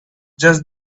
just